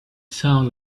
sounded